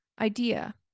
idea